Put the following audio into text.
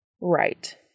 right